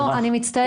לא, אני מצטערת.